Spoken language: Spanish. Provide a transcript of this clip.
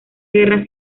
guerra